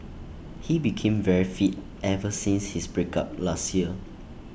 he became very fit ever since his break up last year